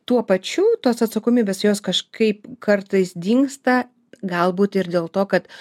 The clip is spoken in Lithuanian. tuo pačiu tos atsakomybės jos kažkaip kartais dingsta galbūt ir dėl to kad